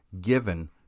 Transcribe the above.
given